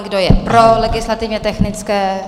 Kdo je pro legislativně technické?